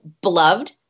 beloved